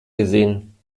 gesehen